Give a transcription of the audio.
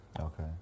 Okay